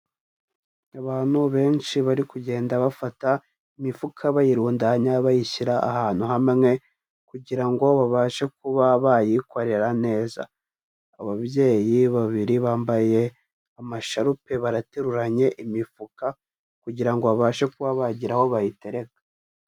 Abantu benshi bari kugenda bafata imifuka bayirundanya bayishyira ahantu hamwe kugira ngo babashe kuba bayikorera neza, ababyeyi babiri bambaye amasharupe barateruranye imifuka kugira ngo babashe kuba bagira aho bayiterega.